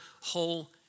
whole